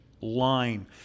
line